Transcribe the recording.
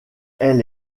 elle